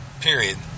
period